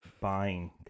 buying